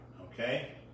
Okay